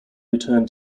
returned